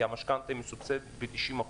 כי המשכנתא היא מסובסדת ב-90%,